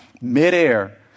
midair